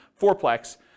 fourplex